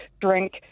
drink